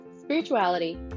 spirituality